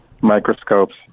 microscopes